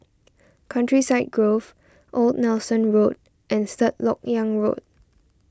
Countryside Grove Old Nelson Road and Third Lok Yang Road